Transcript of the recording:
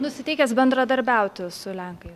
nusiteikęs bendradarbiauti su lenkai